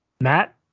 Matt